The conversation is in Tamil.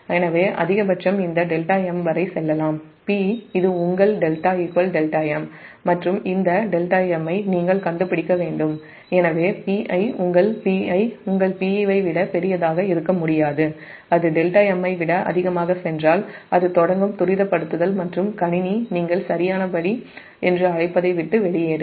எனவே அதிகபட்சம் இந்த δm வரை செல்லலாம்P இது உங்கள் δ δm மற்றும் இந்த δm ஐ நீங்கள் கண்டுபிடிக்க வேண்டும் எனவே உங்கள் Pi உங்கள் Pe வை விட பெரியதாக இருக்க முடியாது அது δm யை விட அதிகமாக சென்றால் துரிதப்படுத்துதல் மற்றும் கணினி அது தொடங்கும் நீங்கள் சரியான படி என்று அழைப்பதை விட்டு வெளியேறும்